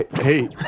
Hey